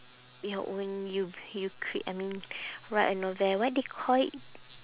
your own you you cre~ I mean write a novel what they call it